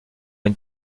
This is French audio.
une